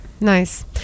nice